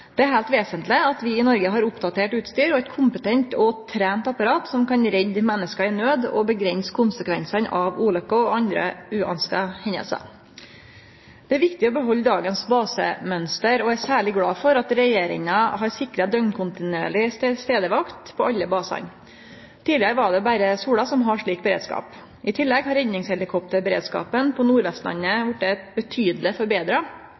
Det er heilt vesentleg at vi i Noreg har oppdatert utstyr og eit kompetent og trent apparat som kan redde menneske i naud og avgrense konsekvensane av ulykker og andre uønskte hendingar. Det er viktig å behalde dagens basemønster, og eg er særleg glad for at regjeringa har sikra døgnkontinuerleg tilstadesvakt på alle basane. Tidlegare var det berre Sola som hadde slik beredskap. I tillegg har redningshelikopterberedskapen på